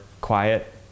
quiet